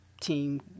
team